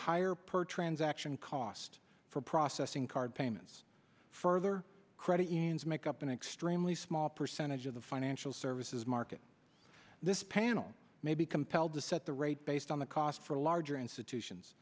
higher per transaction cost for processing card payments further credit unions make up an extremely small percentage of the financial services market this panel may be compelled to set the rate based on the cost for a larger institutions